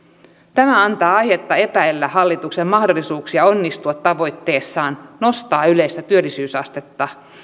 tämä antaa aihetta epäillä hallituksen mahdollisuuksia onnistua tavoitteessaan nostaa yleistä työllisyysastetta